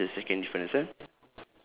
okay that's the second difference ah